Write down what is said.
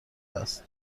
است